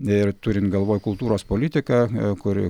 ir turint galvoj kultūros politiką kur